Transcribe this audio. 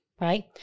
Right